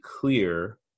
clear